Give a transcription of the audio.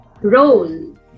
role